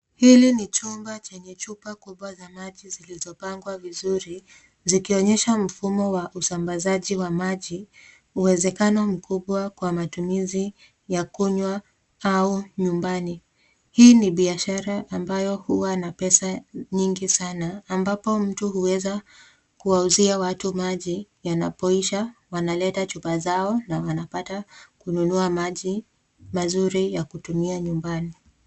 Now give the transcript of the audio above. Hili ni chumba chenye chupa kubwa za maji zilizopangwa vizuri zikionyesha mfumo wa usambazaji wa maji, uwezekano mkubwa kwa matumizi ya kunywa au nyumbani. Hii ni biashara ambayo huwa na pesa nyingi sana ambapo mtu huweza kuwauzia watu maji yanapoisha ,wanaleta chupa zao, na wanapata kupata maji mazuri ya kutumia nyumbani.